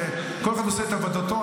כל אחד עושה את עבודתו,